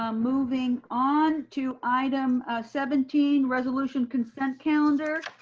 ah moving on to item seventeen resolution consent calendar.